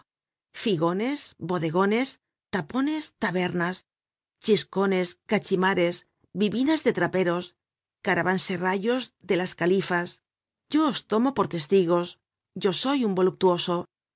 figones bodegones tapones tabernas chiscones cachimares bibinas de traperos caravanserrallos de las califas yo os tomo por testigos yo soy un voluptuoso